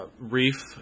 reef